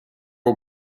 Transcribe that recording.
all